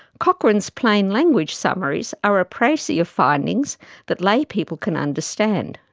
cochrane's plain language summaries are a precis of findings that lay people can understand.